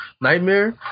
Nightmare